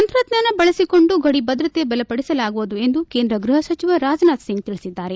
ತಂತ್ರಜ್ಞಾನ ಬಳಸಿಕೊಂಡು ಗಡಿಭದ್ರತೆ ಬಲಪಡಿಸಲಾಗುವುದು ಎಂದು ಕೇಂದ್ರ ಗೃಹ ಸಚಿವ ರಾಜನಾಥ್ ಸಿಂಗ್ ತಿಳಿಸಿದ್ದಾರೆ